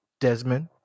Desmond